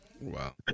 Wow